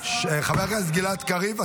אולי אדוני השר רוצה --- חבר הכנסת גלעד קריב,